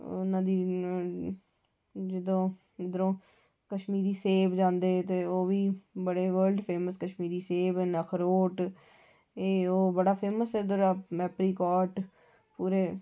होर इद्धरूं कश्मीरी सेब जंदे ते ओह् बी बड़े वर्ल्ड फेमस कश्मीरी सेब अखरोट ते ओह् बड़ा फेमस ऐ ऐपरिकॉट पूरे